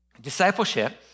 Discipleship